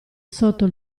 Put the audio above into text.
sotto